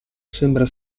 sembra